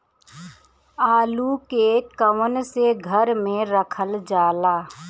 आलू के कवन से घर मे रखल जाला?